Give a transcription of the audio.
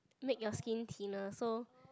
make your skin thinner so